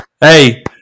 Hey